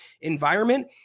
environment –